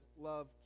love